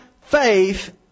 faith